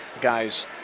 guys